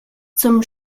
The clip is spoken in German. zum